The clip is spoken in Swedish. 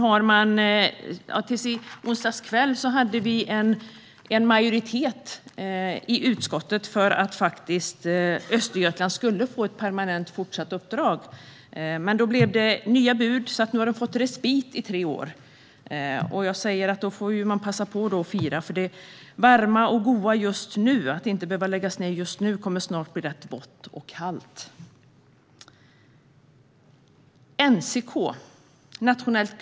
Fram till i onsdags kväll hade vi en majoritet i utskottet för att Östergötland skulle få ett permanent fortsatt uppdrag, men då blev det nya bud. Nu har de fått respit i tre år. Man får passa på och fira det varma och goda i att inte behöva läggas ned just nu; snart kommer det att bli rätt vått och kallt.